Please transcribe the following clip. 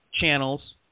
channels